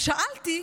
אז שאלתי,